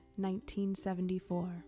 1974